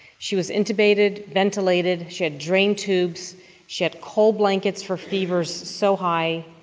she was intubated, ventilated she had drain tubes she had cold blankets for fevers so high.